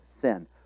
sin